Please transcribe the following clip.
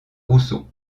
rousseau